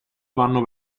vanno